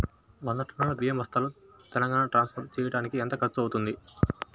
వంద టన్నులు బియ్యం బస్తాలు తెలంగాణ ట్రాస్పోర్ట్ చేయటానికి కి ఎంత ఖర్చు అవుతుంది?